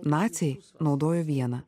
naciai naudojo vieną